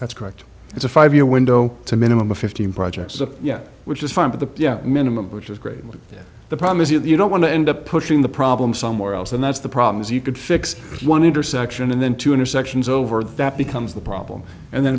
that's correct it's a five year window to minimum of fifteen projects which is fine but the yeah minimum which is great but the problem is you don't want to end up pushing the problem somewhere else and that's the problem is you could fix one intersection and then two intersections over that becomes the problem and then